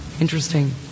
interesting